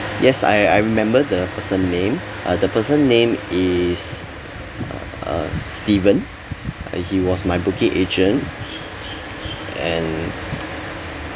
ah yes I I remember the person name uh the person name is uh uh steven uh he was my booking agent and